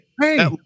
Hey